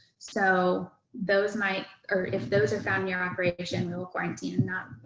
so those mites, or if those are found your operation we will quarantine and not